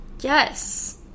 Yes